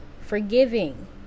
Forgiving